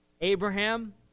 Abraham